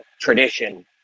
tradition